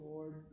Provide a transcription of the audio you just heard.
Lord